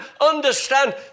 understand